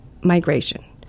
migration